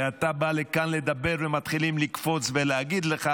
ואתה בא לכאן לדבר ומתחילים לקפוץ ולהגיד לך: